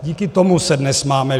Díky tomu se dnes máme líp.